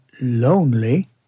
lonely